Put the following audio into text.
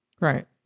Right